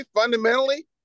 fundamentally